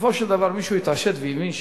בסופו של דבר מישהו התעשת והבין שאי-אפשר,